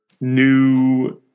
new